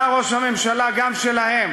אתה ראש הממשלה גם שלהם,